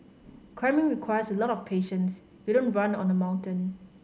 climbing requires a lot of patience you don't run on the mountain